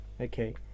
Okay